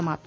समाप्त